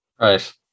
Right